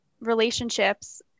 relationships